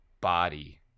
body